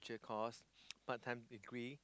the cause part time degree